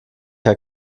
herr